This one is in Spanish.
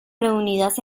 reunidas